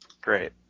great